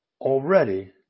Already